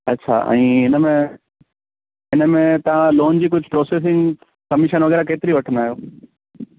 अच्छा ऐं इन में इन में तव्हां लोन जी कुझु प्रोसेसींग कमिशन वगै़रह केतिरी वठंदा आहियो